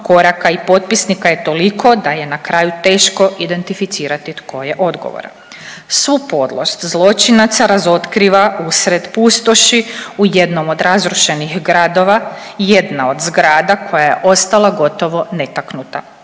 koraka i potpisnika je toliko da je na kraju teško identificirati tko je odgovoran. Svu podlost zločinaca razotkriva usred pustoši u jednom od razrušenih gradova jedna od zgrada koja je ostala gotovo netaknuta.